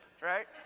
right